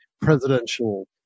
presidential